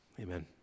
amen